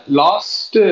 last